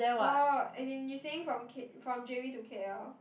orh as in you saying from K from J_B to K_L